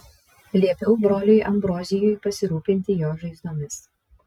liepiau broliui ambrozijui pasirūpinti jo žaizdomis